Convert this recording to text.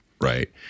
right